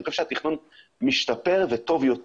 אני חושב שהתכנון משתפר והוא טוב יותר